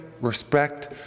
respect